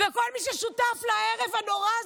וכל מי ששותף לערב הנורא הזה,